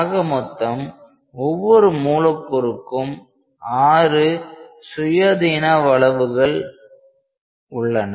ஆக மொத்தம் ஒவ்வொரு மூலக்கூறுக்கும் ஆறு சுயாதீனவளவுகள் உள்ளன